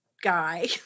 guy